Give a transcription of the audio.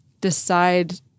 decide